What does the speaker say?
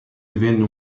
divenne